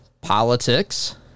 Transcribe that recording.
politics